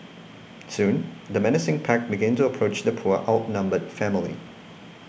soon the menacing pack began to approach the poor outnumbered family